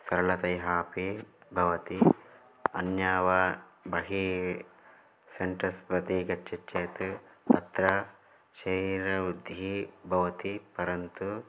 सरलतयापि भवति अन्येभ्यः वा बहिः सेण्टर्स् प्रति गच्छिति चेत् तत्र शरीरवृद्धिः भवति परन्तु